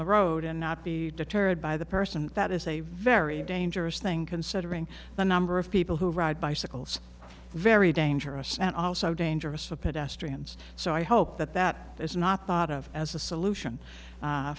the road and not be deterred by the person that is a very dangerous thing considering the number of people who ride bicycles very dangerous and also dangerous a pedestrian so i hope that that is not thought of as a solution